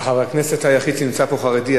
וחבר הכנסת היחיד שנמצא פה חרדי.